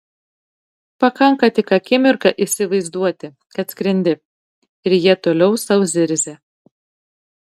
pakanka tik akimirką įsivaizduoti kad skrendi ir jie toliau sau zirzia